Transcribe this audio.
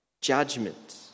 judgment